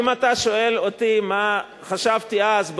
אם אתה שואל אותי מה חשבתי אז,